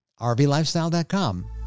rvlifestyle.com